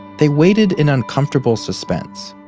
they waited in uncomfortable suspense.